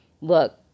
look